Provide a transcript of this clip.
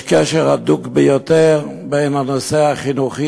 יש קשר הדוק ביותר בין הנושא החינוכי,